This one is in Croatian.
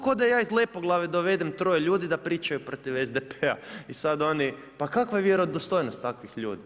Ko da ja iz Lepoglave dovedem troje ljudi da pričaju protiv SDP-a i sad oni, pa kakva je vjerodostojnost takvih ljudi?